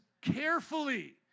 carefully